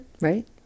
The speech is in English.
right